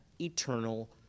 eternal